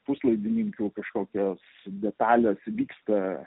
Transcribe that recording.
puslaidininkių kažkokios detalės vyksta